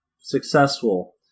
successful